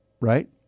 Right